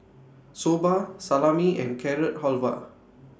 Soba Salami and Carrot Halwa